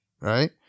right